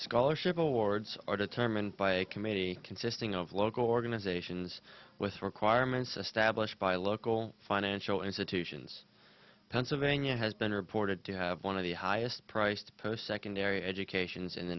scholarship awards are determined by a committee consisting of local organizations with requirements established by local financial institutions pennsylvania has been reported to have one of the highest priced post secondary education in the